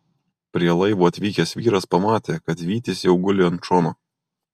prie laivo atvykęs vyras pamatė kad vytis jau guli ant šono